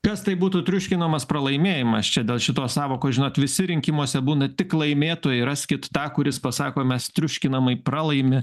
kas tai būtų triuškinamas pralaimėjimas čia dėl šitos sąvokos žinot visi rinkimuose būna tik laimėtojai raskit tą kuris pasako mes triuškinamai pralaimi